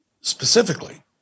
Specifically